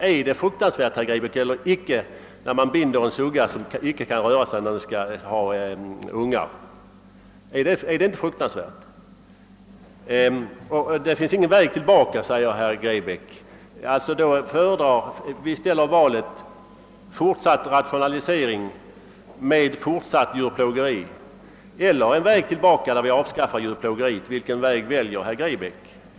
Är det fruktansvärt eller icke, herr Grebäck, när man binder en sugga så att hon inte kan röra sig när hon skall föda ungar? Det finns ingen väg tillbaka, säger herr Grebäck. Vi står inför valet: fortsatt rationalisering med fortsatt djurplågeri eller en väg tillbaka där vi avskaffar djurplågeriet. Vilken väg följer herr Grebäck?